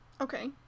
Okay